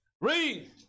Read